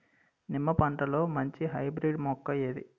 నిమ్మ పంటలో మంచి హైబ్రిడ్ మొక్క ఏది?